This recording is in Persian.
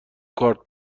کارت